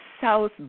south